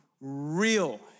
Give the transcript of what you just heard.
real